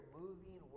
moving